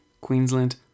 Queensland